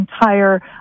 entire